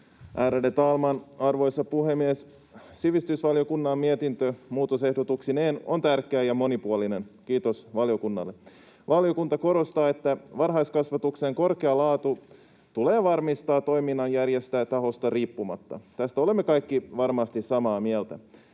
Ärade talman, arvoisa puhemies! Sivistysvaliokunnan mietintö muutosehdotuksineen on tärkeä ja monipuolinen. Kiitos valiokunnalle! Valiokunta korostaa, että varhaiskasvatuksen korkea laatu tulee varmistaa toiminnan järjestäjätahosta riippumatta. Tästä olemme kaikki varmasti samaa mieltä.